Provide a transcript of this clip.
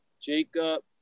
Jacob